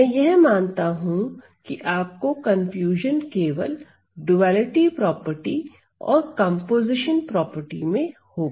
मैं यह मानता हूं कि आपको कन्फ्यूजन केवल ड्युअलिटी प्रॉपर्टी और कंपोजिशन प्रॉपर्टी में होगा